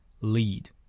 Lead